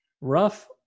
Rough